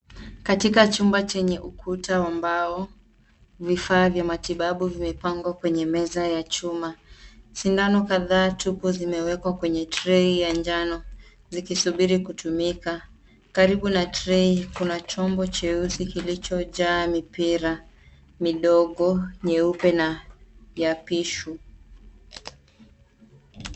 Katika chumba chenye ukuta wa mbao, vifaa vya matibabu vimepangwa kwenye meza ya chuma. Sindano kadhaa tupu zimewekwa kwenye trei ya njano, zikisubiri kutumika. Karibu na trei kuna chombo cheusi kilichojaa mipira midogo, nyeupe na ya pishu.